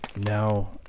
Now